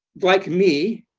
like me,